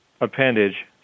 appendage